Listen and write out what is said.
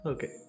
Okay